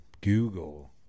Google